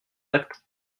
acte